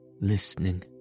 listening